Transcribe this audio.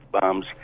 bombs